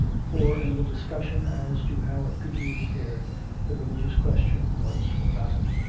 for in the discussion as to how it could be repaired the religious question was forgotten.